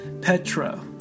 Petra